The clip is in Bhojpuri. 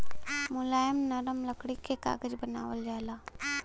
मुलायम नरम लकड़ी से कागज बनावल जाला